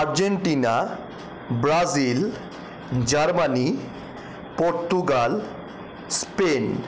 Argentina Brazil Germany Portugal Spain